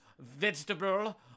vegetable